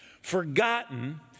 forgotten